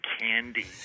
candy